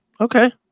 okay